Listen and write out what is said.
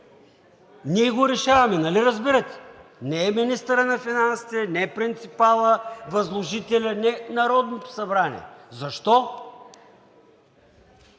Ние го решаваме, нали разбирате? Не е министърът на финансите, не е принципалът, не възложителят, Народното събрание. Защо?